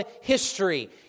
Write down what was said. history